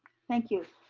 thank you,